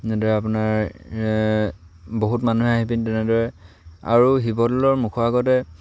এনেদৰে আপোনাৰ বহুত মানুহে আহি পিনি তেনেদৰে আৰু শিৱদৌলৰ মুখৰ আগতে